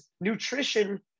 nutrition